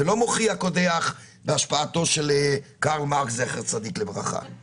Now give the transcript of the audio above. זה לא מוחי הקודח והשפעתו של קרל מרקס זכר צדיק לברכה.